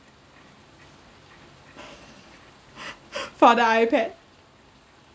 for the iPad